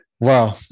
Wow